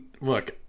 Look